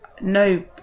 No